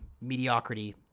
mediocrity